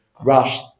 Rush